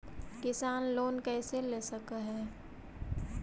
किसान लोन कैसे ले सक है?